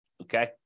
okay